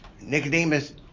Nicodemus